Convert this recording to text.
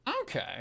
Okay